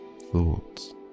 thoughts